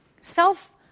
self